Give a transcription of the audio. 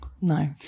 No